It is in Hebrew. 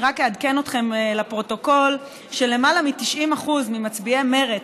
אני רק אעדכן אתכם לפרוטוקול שלמעלה מ-90% ממצביעי מרצ,